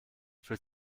für